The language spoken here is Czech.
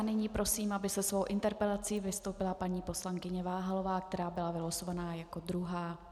Nyní prosím, aby se svou interpelací vystoupila paní poslankyně Váhalová, která byla vylosovaná jako druhá.